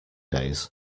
days